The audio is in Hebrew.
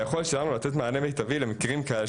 היכולת שלנו לתת מענה למקרים כאלה,